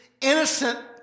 innocent